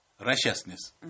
righteousness